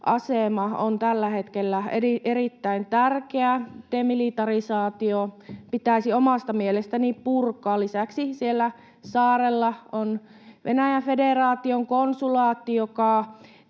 asema on tällä hetkellä erittäin tärkeä. Demilitarisaatio pitäisi omasta mielestäni purkaa. Lisäksi siellä saarella on Venäjän federaation konsulaatti,